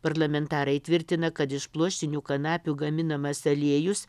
parlamentarai tvirtina kad iš pluoštinių kanapių gaminamas aliejus